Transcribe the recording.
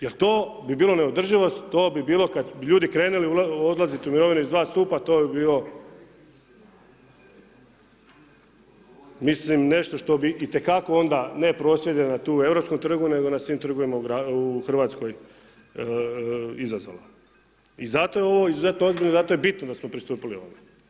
Jer to bi bilo neodrživost, to bi bilo kad bi ljudi krenuli odlazit u mirovinu iz dva stupa, to bi bio, mislim nešto što bi itekako onda, ne prosvjede na tu Europskom trgu, nego na svim trgovima u Hrvatskoj izazvalo, i zato je ovo izuzetno ozbiljno, zato je bitno da smo pristupili ovome.